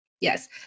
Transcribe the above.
Yes